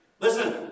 Listen